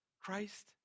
Christ